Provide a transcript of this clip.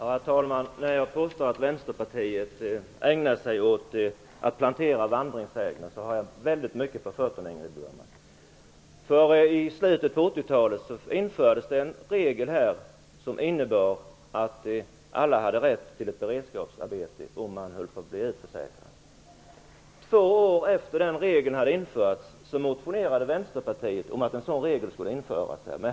Herr talman! När jag påstår att Vänsterpartiet ägnar sig åt att plantera vandringssägner har jag väldigt mycket på fötterna, Ingrid Burman. I slutet av 80-talet infördes en regel som innebar att alla hade rätt till ett beredskapsarbete om de höll på att bli utförsäkrade. Vänsterpartiet om att en sådan regel skulle införas.